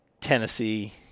Tennessee